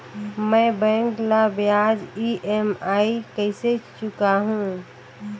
मैं बैंक ला ब्याज ई.एम.आई कइसे चुकाहू?